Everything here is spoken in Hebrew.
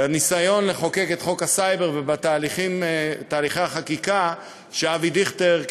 בניסיון לחוקק את חוק הסייבר ובתהליכי החקיקה שאבי דיכטר,